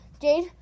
Jade